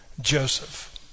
Joseph